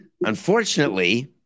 Unfortunately